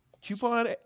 coupon